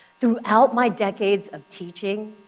throughout my decades of teaching,